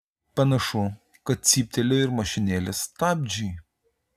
panašu kad cyptelėjo ir mašinėlės stabdžiai